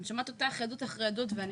אני שומעת אותך עדות אחרי עדות ואני